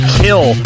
kill